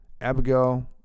Abigail